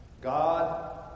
God